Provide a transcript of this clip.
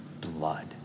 blood